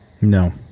No